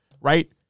right